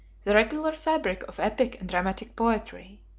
the regular fabric of epic and dramatic poetry.